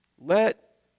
Let